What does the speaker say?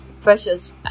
Precious